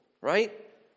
Right